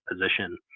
position